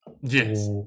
Yes